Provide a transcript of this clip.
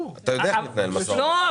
אתה יודע איך מתנהל משא ומתן.